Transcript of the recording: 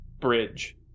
bridge